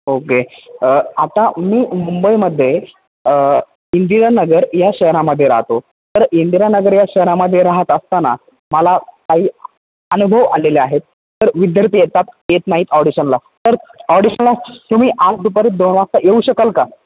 okay आता मी मुंबईमध्ये इंदिरानगर या शहरामध्ये राहातो तर इंदिरानगर या शहरामध्ये राहात असताना मला काही अनुभव आलेले आहेत तर विद्यार्थी येतात येत नाहीत ऑडिशनला तर ऑडिशनला तुम्ही आज दुपारी दोन वाजता येऊ शकाल का